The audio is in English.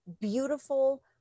beautiful